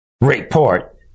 Report